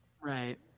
Right